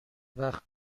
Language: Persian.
وقت